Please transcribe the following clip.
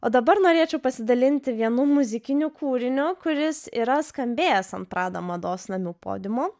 o dabar norėčiau pasidalinti vienu muzikiniu kūriniu kuris yra skambėjęs ant prada mados namų podiumo